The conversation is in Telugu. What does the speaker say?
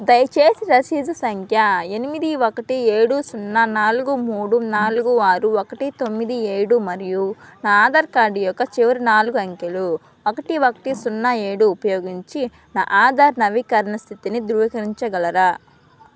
దయచేసి రసీదు సంఖ్య ఎనిమిది ఒకటి ఏడు సున్నా నాలుగు మూడు నాలుగు ఆరు ఒకటి తొమ్మిది ఏడు మరియు నా ఆధార్ కార్డ్ యొక్క చివరి నాలుగు అంకెలు ఒకటి ఒకటి సున్నా ఏడు ఉపయోగించి నా ఆధార్ నవీకరణ స్థితిని ధృవీకరించగలరా